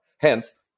Hence